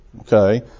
Okay